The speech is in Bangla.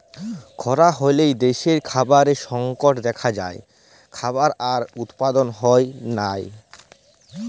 খরা হ্যলে দ্যাশে খাবারের সংকট দ্যাখা যায়, খাবার আর উৎপাদল হ্যয় লায়